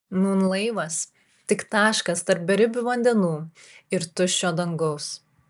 nūn laivas tik taškas tarp beribių vandenų ir tuščio dangaus